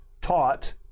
taught